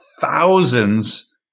thousands